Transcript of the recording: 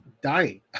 dying